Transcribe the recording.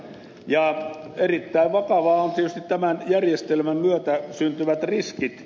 erittäin vakavia ovat tietysti tämän järjestelmän myötä syntyvät riskit